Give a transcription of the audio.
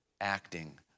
acting